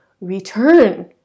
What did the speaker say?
return